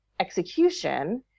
execution